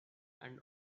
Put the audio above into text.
and